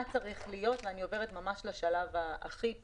אני עוברת לשלב הכי פרקטי,